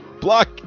Block